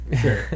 Sure